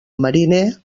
mariner